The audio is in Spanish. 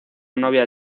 novia